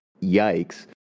yikes